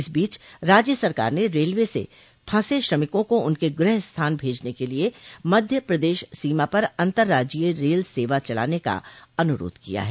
इस बीच राज्य सरकार ने रेलवे से फंसे श्रमिकों को उनके गृह स्थान भेजने के लिए मध्य प्रदेश सीमा पर अंतर्राज्यीय रेल सेवा चलाने का अनुरोध किया है